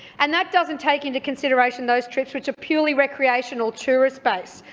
and that doesn't take into consideration those trips which are purely recreational tourist based,